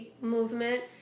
movement